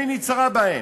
אין עיני צרה בהם,